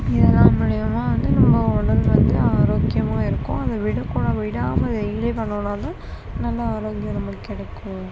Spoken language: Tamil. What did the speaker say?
இதெல்லாம் மூலிமா வந்து நம்ம உடல் வந்து ஆரோக்கியமாக இருக்கும் அதை விடக்கூடாது விடாமல் டெய்லியும் பண்ணோன்னால் தான் நல்ல ஆரோக்கியம் நம்மளுக்கு கிடைக்கும்